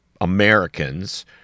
Americans